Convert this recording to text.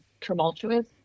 tumultuous